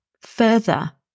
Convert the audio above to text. further